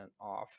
off